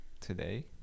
today